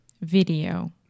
Video